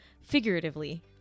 figuratively